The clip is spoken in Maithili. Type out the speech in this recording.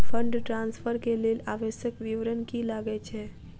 फंड ट्रान्सफर केँ लेल आवश्यक विवरण की की लागै छै?